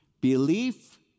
Belief